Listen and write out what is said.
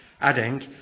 adding